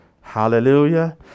Hallelujah